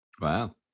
Wow